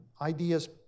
Ideas